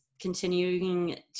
continuing